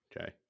Okay